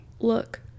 look